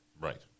Right